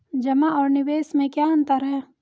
जमा और निवेश में क्या अंतर है?